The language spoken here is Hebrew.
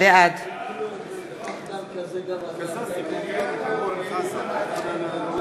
בעד רועי פולקמן,